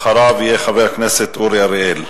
אחריו יהיה חבר הכנסת אורי אריאל.